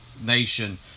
nation